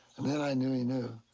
and then i knew he knew.